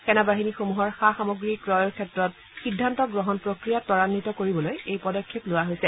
সেনাবাহিনীসমূহৰ সা সামগ্ৰী ক্ৰয়ৰ ক্ষেত্ৰত সিদ্ধান্ত গ্ৰহণ প্ৰক্ৰিয়া তুৰায়িত কৰিবলৈ এই পদক্ষেপ লোৱা হৈছে